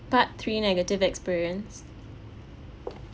part three negative experience